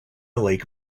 lake